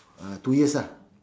uh two years lah